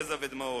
יזע ודמעות.